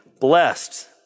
blessed